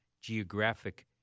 geographic